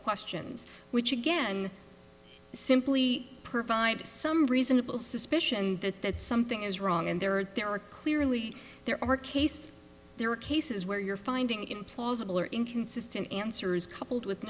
questions which again simply provide some reasonable suspicion that that something is wrong and there are there are clearly there are cases there are cases where you're finding implausible or inconsistent answers coupled with